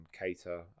cater